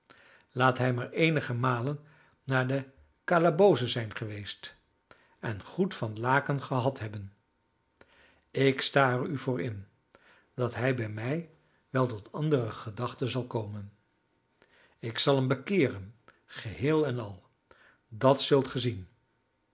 laat hij maar eenige malen naar de calabooze zijn geweest en goed van laken gehad hebben ik sta er u voor in dat hij bij mij wel tot andere gedachten zal komen ik zal hem bekeeren geheel en al dat